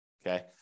Okay